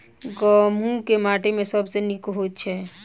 गहूम केँ माटि मे सबसँ नीक होइत छै?